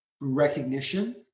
recognition